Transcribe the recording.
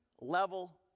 level